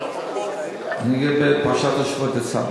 אני מדבר לגבי פרשת השבוע תצווה,